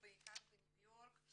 בעיקר בניו יורק,